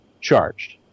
charged